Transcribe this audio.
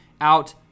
out